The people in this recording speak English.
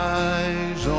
eyes